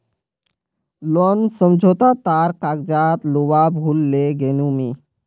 loan समझोता तार कागजात लूवा भूल ले गेनु मि